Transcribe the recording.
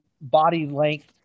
body-length